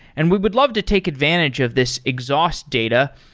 and we would love to take advantage of this exhaust data.